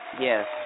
Yes